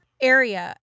area